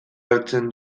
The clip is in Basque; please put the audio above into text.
hartzen